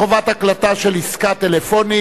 חובת הקלטה ופרסום תנאי